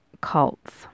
cults